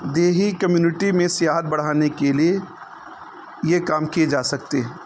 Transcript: دیہی کمیونٹی میں سیاحت بڑھانے کے لیے یہ کام کیے جا سکتے